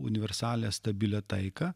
universalią stabilią taiką